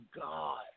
God